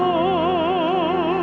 oh